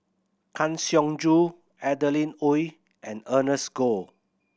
Kang Siong Joo Adeline Ooi and Ernest Goh